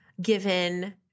given